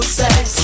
sex